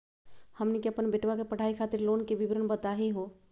हमनी के अपन बेटवा के पढाई खातीर लोन के विवरण बताही हो?